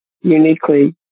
uniquely